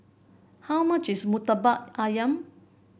how much is murtabak ayam